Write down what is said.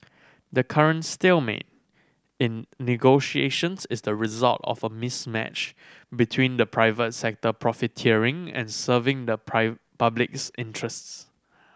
the current stalemate in negotiations is the result of a mismatch between the private sector profiteering and serving the public's interests